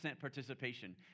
participation